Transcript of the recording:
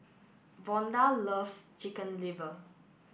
Vonda loves Chicken Liver